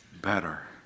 better